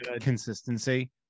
consistency